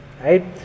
Right